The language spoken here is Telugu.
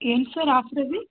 ఏంటి సార్ ఆఫర్ అది